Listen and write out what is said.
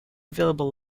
available